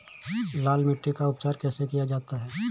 लाल मिट्टी का उपचार कैसे किया जाता है?